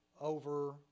over